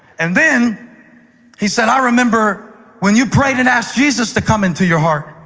and then he said, i remember when you prayed and asked jesus to come into your heart.